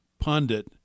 pundit